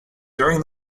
during